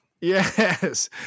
Yes